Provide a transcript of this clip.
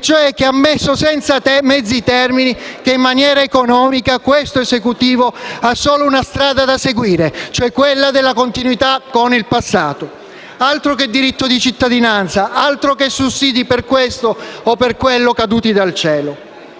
che ha ammesso senza mezzi termini che in materia economica questo Esecutivo ha solo una strada da seguire: quella della continuità con il passato. Altro che reddito di cittadinanza; altro che sussidi per questo o quello caduti dal cielo!